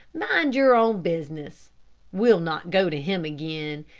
mind your own business we'll not go to him again.